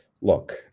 Look